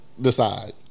decide